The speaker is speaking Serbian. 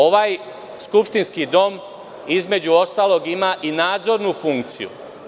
Ovaj skupštinski dom, između ostalog ima i nadzornu funkciju.